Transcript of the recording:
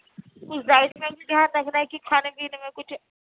کچھ ڈائیٹ میں بھی دھیان رکھنا ہے کہ کھانے پینے میں کچھ